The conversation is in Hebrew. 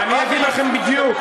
אגיד לכם בדיוק.